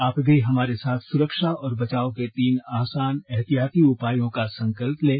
आप भी हमारे साथ सुरक्षा और बचाव के तीन आसान एहतियाती उपायों का संकल्प लें